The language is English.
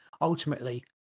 ultimately